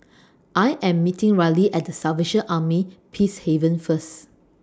I Am meeting Ryley At The Salvation Army Peacehaven First